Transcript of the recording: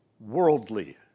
worldly